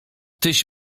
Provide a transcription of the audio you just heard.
tyś